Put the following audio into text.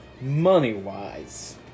money-wise